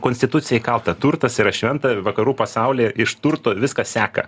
konstitucijoj kalta turtas yra šventa vakarų pasaulyje iš turto viskas seka